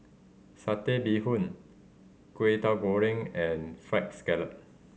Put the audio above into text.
Satay Bee Hoon Kwetiau Goreng and Fried Scallop